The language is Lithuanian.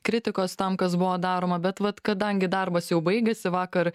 kritikos tam kas buvo daroma bet vat kadangi darbas jau baigėsi vakar